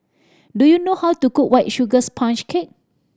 do you know how to cook White Sugar Sponge Cake